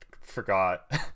forgot